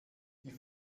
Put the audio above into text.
die